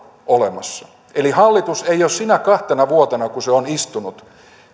olemassa eli hallitus ei ole sinä kahtena vuotena kun se on istunut